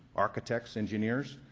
architects, engineers?